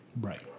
Right